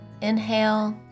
inhale